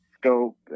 scope